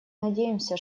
надеемся